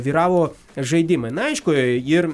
vyravo žaidimai na aišku ir